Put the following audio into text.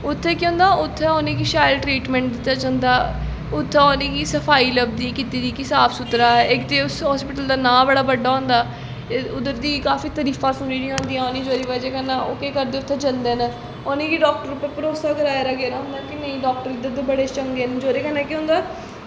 उत्थें केह् होंदा उत्थें उ'नें गी शैल ट्रीटमैंट दित्ता जंदा उत्थें उ'नें गी सफाई लब्भदी कीती दी कि साफ सुथरा इक ते हस्पिटल दा नांऽ बड़ा बड्डा होंदा ऐ उत्थें दियां तरीफां सुनी दियां होंदियां उ'नें जेह्दी बज़ह कन्नै ओह् केह् करदे उत्थैं जंदे न उ'नें गी डाक्टर पर भरोसा कराया गेदा होंदा ऐ कि कि नेईं डाक्टर इद्धर दे बड़े चंगे न जेह्दे कन्नै केह् होंदा